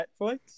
netflix